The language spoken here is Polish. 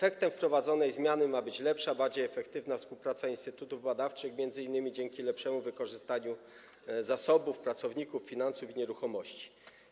Wynikiem wprowadzanej zmiany ma być lepsza, bardziej efektywna współpraca instytutów badawczych, m.in. dzięki lepszemu wykorzystaniu zasobów, pracowników, finansów i nieruchomości.